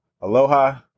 Aloha